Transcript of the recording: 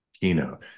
keynote